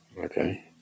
okay